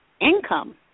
income